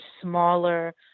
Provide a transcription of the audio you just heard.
smaller